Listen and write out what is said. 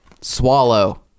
Swallow